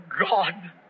God